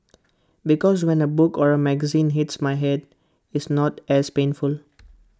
because when A book or A magazine hits my Head it's not as painful